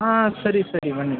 ಹಾಂ ಆ ಸರಿ ಸರಿ ಬನ್ನಿ